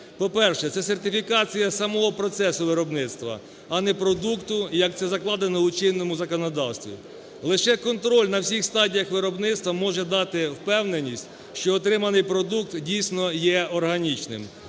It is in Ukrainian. По-перше, це сертифікація самого процесу виробництва, а не продукту, як це закладено у чинному законодавстві. Лише контроль на всіх стадіях виробництва може дати впевненість, що отриманий продукт дійсно є органічним.